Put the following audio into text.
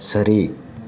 சரி